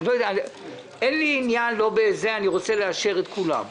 אני רוצה לאשר את כולם.